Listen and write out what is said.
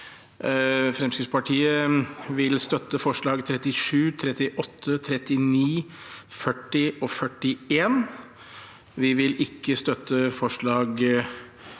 Fremskrittspartiet vil støtte forslagene nr. 37, 38, 39, 40 og 41. Vi vil ikke støtte forslag